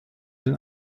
den